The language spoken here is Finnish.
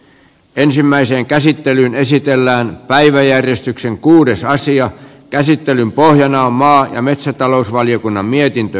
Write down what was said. ensimmäisen käsittelyn esitellään päiväjärjestykseen kuudes asian käsittelyn pohjana on maa ja metsätalousvaliokunnan mietintö